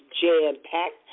jam-packed